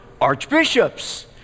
archbishops